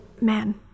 man